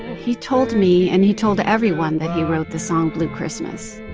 he told me, and he told everyone that he wrote the song blue christmas.